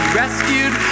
rescued